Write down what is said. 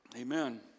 Amen